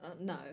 No